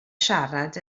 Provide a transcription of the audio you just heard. siarad